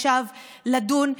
לדון,